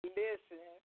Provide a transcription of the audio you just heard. listen